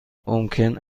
ممکن